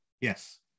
Yes